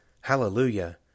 Hallelujah